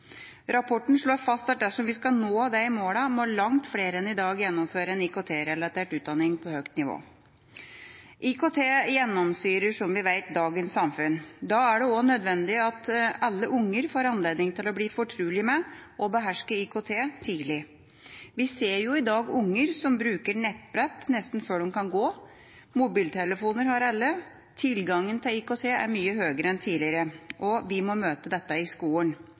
Rapporten slår fast at dersom vi skal nå disse målene, må langt flere enn i dag gjennomføre en IKT-relatert utdanning på høyt nivå. IKT gjennomsyrer, som vi vet, dagens samfunn. Da er det også nødvendig at alle unger får anledning til å bli fortrolig med og å beherske IKT tidlig. Vi ser i dag unger som bruker nettbrett nesten før de kan gå, og mobiltelefoner har alle. Tilgangen til IKT er mye høyere enn tidligere, og vi må møte dette i skolen.